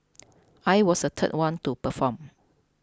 I was the third one to perform